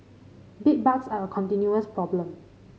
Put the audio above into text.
bedbugs are a continuous problem